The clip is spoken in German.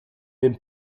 dem